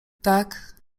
tak